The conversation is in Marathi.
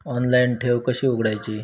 ऑनलाइन ठेव कशी उघडायची?